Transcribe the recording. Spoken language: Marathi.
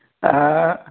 हां